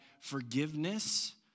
forgiveness